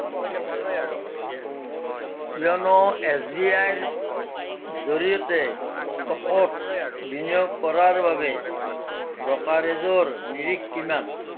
YONO S B আইৰ জৰিয়তে ষ্টকত বিনিয়োগ কৰাৰ বাবে ব্ৰ'কাৰেজৰ নিৰিখ কিমান